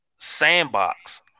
sandbox